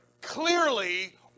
clearly